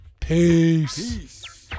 Peace